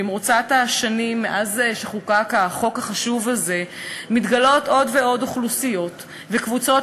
במרוצת השנים מאז חוקק החוק החשוב הזה מתגלות עוד ועוד אוכלוסיות וקבוצות